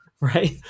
Right